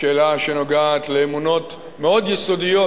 שאלה שנוגעת באמונות מאוד יסודיות,